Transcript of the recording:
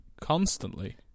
constantly